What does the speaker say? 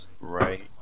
Right